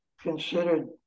considered